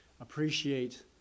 appreciate